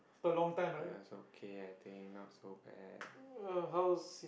it was okay I think not so bad